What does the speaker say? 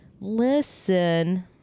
Listen